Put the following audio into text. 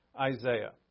Isaiah